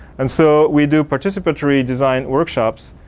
and so, we do participatory design workshops